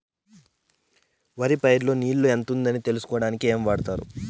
వరి పైరు లో నీళ్లు ఎంత ఉంది అని తెలుసుకునేకి ఏమేమి వాడతారు?